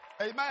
Amen